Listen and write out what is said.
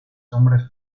hombres